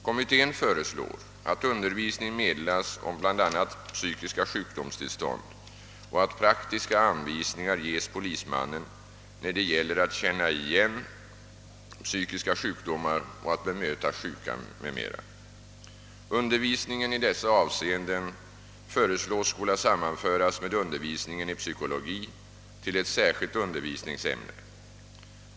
Kommittén föreslår att undervisning meddelas om bl.a. psykiska sjukdomstillstånd och att praktiska anvisningar ges polismannen när det gäller att känna igen psykiska sjukdomar och bemöta sjuka m.m. Undervisningen i dessa avseenden föreslås skola sammanföras med undervisningen i psykologi till ett särskilt undervisningsämne.